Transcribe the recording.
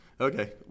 Okay